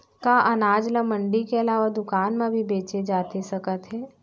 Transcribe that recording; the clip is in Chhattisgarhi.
का अनाज ल मंडी के अलावा दुकान म भी बेचे जाथे सकत हे?